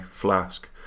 flask